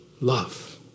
love